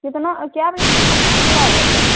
केतना कए बजे तक खुला रहतै